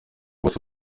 bose